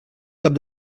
cap